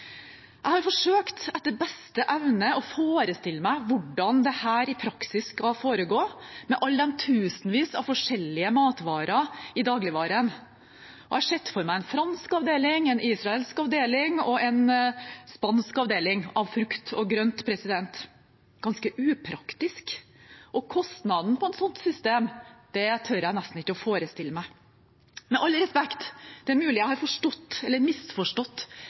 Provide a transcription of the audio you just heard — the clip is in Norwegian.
Jeg har forsøkt etter beste evne å forestille meg hvordan dette i praksis skal foregå, med alle de tusenvis av forskjellige matvarer i dagligvarehandelen. Jeg har sett for meg en fransk avdeling, en israelsk avdeling og en spansk avdeling av frukt og grønt. Det er ganske upraktisk. Og kostnadene ved et sånt system tør jeg nesten ikke å forestille meg. Med all respekt – det er mulig jeg har